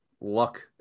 luck